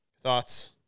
Thoughts